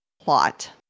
plot